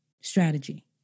strategy